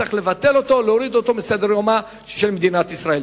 צריך לבטל אותו ולהוריד אותו מסדר-יומה של מדינת ישראל.